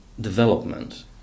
development